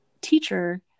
teacher